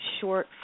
short